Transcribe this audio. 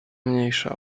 mniejsza